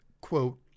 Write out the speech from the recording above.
quote